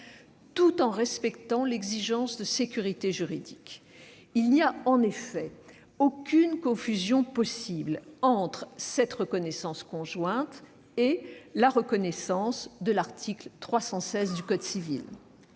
tout en respectant l'exigence de sécurité juridique. Il n'y a en effet aucune confusion possible entre cette reconnaissance conjointe et la reconnaissance de l'article 316 du code civil